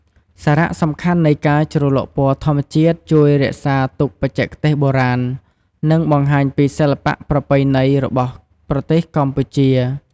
សារៈសំខាន់នៃការជ្រលក់ពណ៌ធម្មជាតិជួយរក្សាទុកបច្ចេកទេសបុរាណ និងបង្ហាញពីសិល្បៈប្រពៃណីរបស់ប្រទេសកម្ពុជា ។